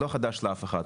לא חדש לאף אחד,